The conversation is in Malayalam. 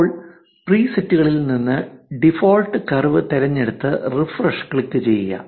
ഇപ്പോൾ പ്രീസെറ്റുകളിൽ നിന്ന് ഡിഫോൾട്ട് കർവ് തിരഞ്ഞെടുത്ത് റിഫ്രഷ് ക്ലിക്ക് ചെയ്യുക